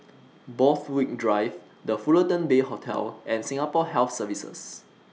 Borthwick Drive The Fullerton Bay Hotel and Singapore Health Services